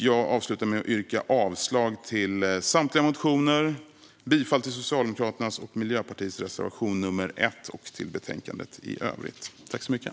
Jag slutar med att yrka avslag på samtliga motioner samt yrka bifall till Socialdemokraternas och Miljöpartiets reservation nr 1 och till förslaget i betänkandet i övrigt.